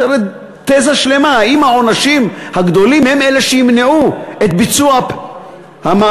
יש הרי תזה שלמה האם העונשים הגדולים הם שימנעו את ביצוע המעשה,